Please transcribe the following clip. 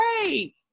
great